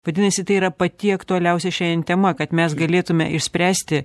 vadinasi tai yra pati aktualiausia šiandien tema kad mes galėtume išspręsti